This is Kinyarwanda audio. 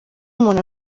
umuntu